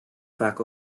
vaak